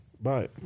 Bye